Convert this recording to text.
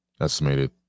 estimated